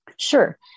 Sure